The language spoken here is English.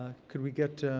could we get,